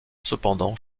cependant